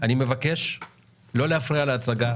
אני מבקש לא להפריע להצגה.